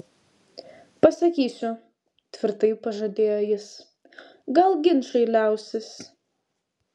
pasakysiu tvirtai pažadėjo jis gal ginčai liausis